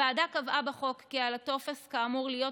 הוועדה קבעה בחוק כי על הטופס כאמור להיות